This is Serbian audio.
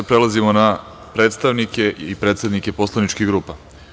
Prelazimo na predstavnike i predsednike poslaničkih grupa.